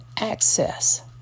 access